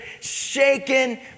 shaken